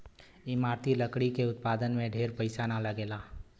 इमारती लकड़ी के उत्पादन में ढेर पईसा ना लगेला